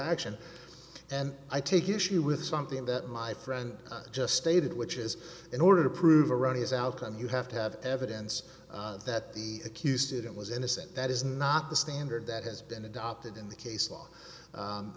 action and i take issue with something that my friend just stated which is in order to prove erroneous outcome you have to have evidence that the accused did it was innocent that is not the standard that has been adopted in the case law